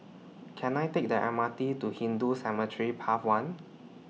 Can I Take The M R T to Hindu Cemetery Path one